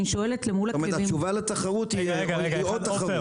התשובה לתחרות היא עוד תחרות.